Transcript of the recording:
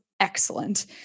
Excellent